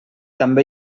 també